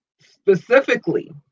specifically